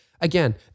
again